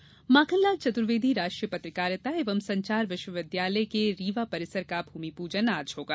पत्रकारिता विवि माखनलाल चतुर्वेदी राष्ट्रीय पत्रकारिता एवं संचार विश्वविद्यालय के रीवा परिसर का भूमि पूजन आज होगा